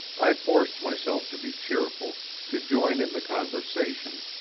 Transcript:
i forced myself to be cheerful, to join in the conversation,